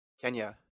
Kenya